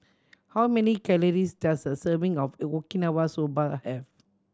how many calories does a serving of Okinawa Soba have